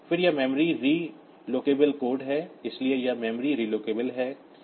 फिर यह memory relocatable code है इसलिए यह मेमोरी री लोकेबल है